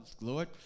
Lord